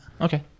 okay